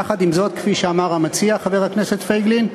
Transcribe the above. יחד עם זאת, כפי שאמר המציע, חבר הכנסת פייגלין,